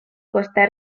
costa